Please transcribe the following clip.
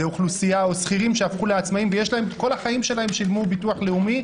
או שכירים שהפכו לעצמאים וכל החיים שלהם שילמו ביטוח לאומי,